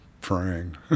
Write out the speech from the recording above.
praying